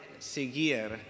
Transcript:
seguir